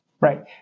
Right